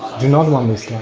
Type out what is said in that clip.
do not want this